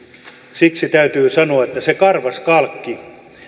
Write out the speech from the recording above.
siksi täytyy sanoa että se karvas kalkki